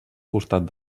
costat